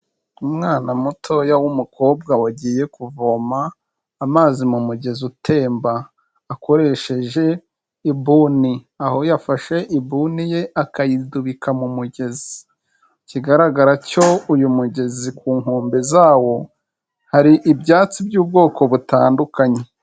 Umwana mutoya w'umukobwa wagiye kuvoma amazi mu mugezi utemba, akoresheje ibuni, aho yafashe ibuni ye akayidubika mu mugezi, ikigaragara cyo uyu mugezi ku nkombe zawo hari ibyatsi by'ubwoko butandukanye.